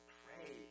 pray